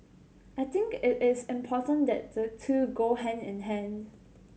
I think it it is important that the two go hand in hand